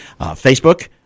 Facebook